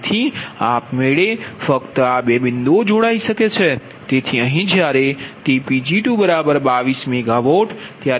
તેથી આપમેળે ફક્ત આ બે બિંદુઓ જોડાઈ શકે છે